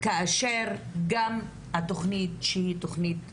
כאשר גם התכנית שהיא תכנית כוללת,